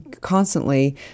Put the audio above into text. constantly